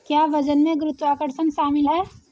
क्या वजन में गुरुत्वाकर्षण शामिल है?